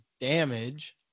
damage